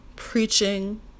Preaching